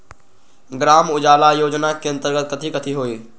ग्राम उजाला योजना के अंतर्गत कथी कथी होई?